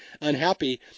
unhappy